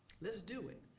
let's do it,